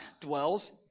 dwells